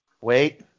wait